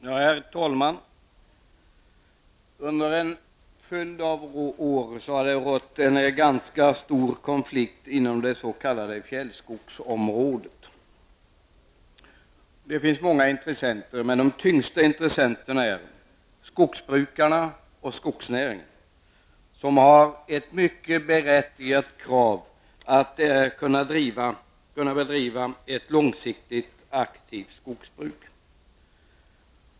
Herr talman! Under en följd av år har det rått en ganska stor konflikt inom det s.k. fjällskogsområdet. Det finns där många intressenter, men de tyngsta är skogsbrukarna och skogsnäringen, som har ett mycket berättigat krav på att kunna bedriva ett långsiktigt aktivt skogsbruk.